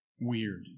weird